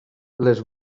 les